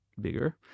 bigger